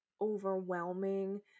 overwhelming